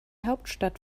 hauptstadt